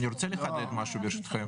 אני רוצה לחדד משהו, ברשותכם.